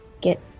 get